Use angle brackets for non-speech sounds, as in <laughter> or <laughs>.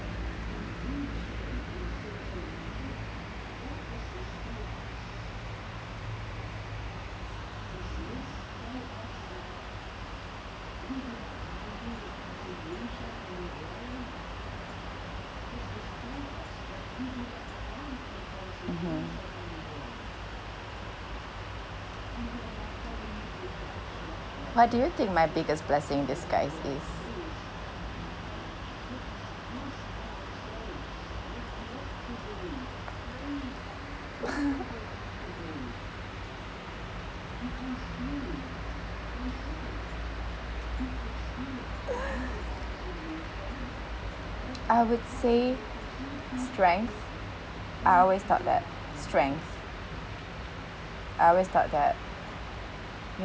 mmhmm what do you think my biggest blessing in disguise is <laughs> I would say strength I always thought that strength I always thought that